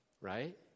Right